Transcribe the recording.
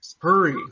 hurry